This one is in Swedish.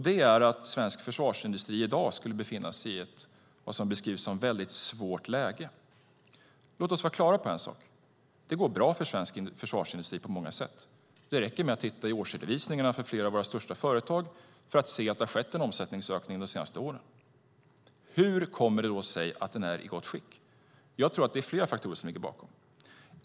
Det är att svensk försvarsindustri i dag skulle befinna sig i vad som beskrivs som ett väldigt svårt läge. Låt oss vara klara på en sak! Det går bra för svensk försvarsindustri på många sätt. Det räcker med att titta i årsredovisningarna för flera av våra största företag för att se att det har skett en omsättningsökning de senaste åren. Hur kommer det sig att den är i gott skick? Jag tror att det är flera faktorer som ligger bakom.